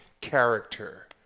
character